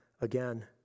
again